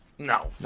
No